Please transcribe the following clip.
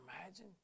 Imagine